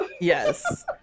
Yes